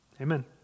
amen